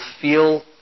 feel